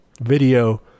video